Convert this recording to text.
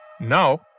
Now